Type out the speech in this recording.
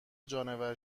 جانور